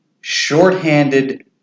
shorthanded